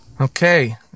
Okay